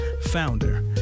founder